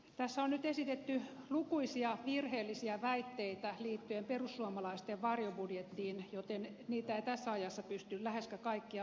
tässä on nyt esitetty lukuisia virheellisiä väitteitä liittyen perussuomalaisten varjobudjettiin joten niitä ei tässä ajassa pysty läheskään kaikkia oikaisemaan